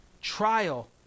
Trial